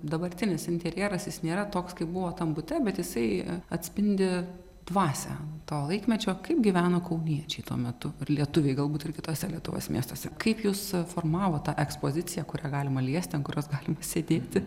dabartinis interjeras jis nėra toks kaip buvo tam bute bet jisai atspindi dvasią to laikmečio kaip gyveno kauniečiai tuo metu ar lietuviai galbūt ir kituose lietuvos miestuose kaip jūs formavot tą ekspoziciją kurią galima liesti ant kurios galima sėdėti